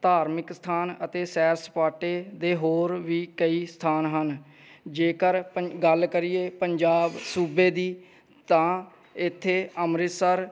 ਧਾਰਮਿਕ ਸਥਾਨ ਅਤੇ ਸੈਰ ਸਪਾਟੇ ਦੇ ਹੋਰ ਵੀ ਕਈ ਸਥਾਨ ਹਨ ਜੇਕਰ ਪੰ ਗੱਲ ਕਰੀਏ ਪੰਜਾਬ ਸੂਬੇ ਦੀ ਤਾਂ ਇੱਥੇ ਅੰਮ੍ਰਿਤਸਰ